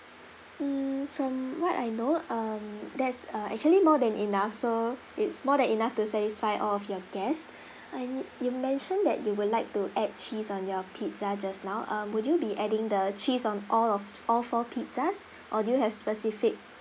mm from what I know um that's uh actually more than enough so it's more than enough to satisfy all of your guests and you mention that you would like to add cheese on your pizza just now uh would you be adding the cheese on all of all four pizzas or do you have specific